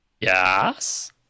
yes